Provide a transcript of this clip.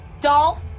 Dolph